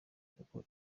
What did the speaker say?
kuko